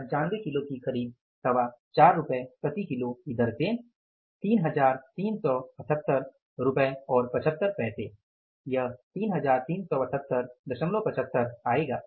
795 kilo की खरीद 425 रुपये प्रति किलो की दर से 337875 रूपए आएगा